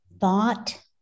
thought